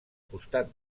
costat